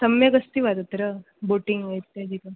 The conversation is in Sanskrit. सम्यगस्ति वा तत्र बोटिङ्ग् वा इत्यादिकं